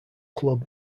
club